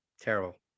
Terrible